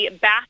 back